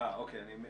אוקיי, אני מצטער.